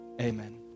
Amen